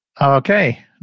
Okay